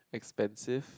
expensive